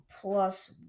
plus